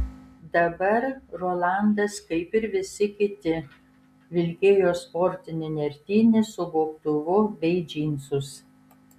dabar rolandas kaip ir visi kiti vilkėjo sportinį nertinį su gobtuvu bei džinsus